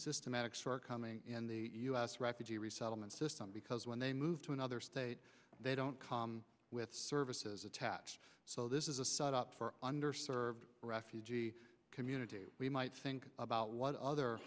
systematics for coming in the u s refugee resettlement system because when they move to another state they don't come with services attached so this is a set up for under served refugee community we might think about what other